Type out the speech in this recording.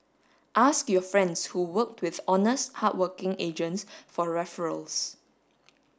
ask your friends who worked with honest hardworking agents for referrals